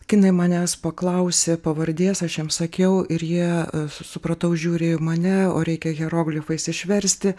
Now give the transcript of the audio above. kinai manęs paklausė pavardės aš jiems sakiau ir jie supratau žiūri į mane o reikia hieroglifais išversti